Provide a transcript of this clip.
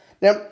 Now